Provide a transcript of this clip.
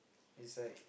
is like